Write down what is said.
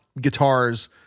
guitars